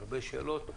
הרבה שאלות,